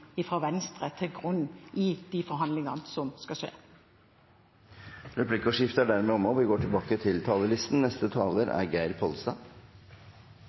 avtalen fra Venstre til grunn i de forhandlingene som skal skje. Replikkordskiftet er omme. Først dei to sakene som eg er